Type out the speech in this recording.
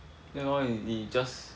ya lor 你 just